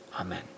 Amen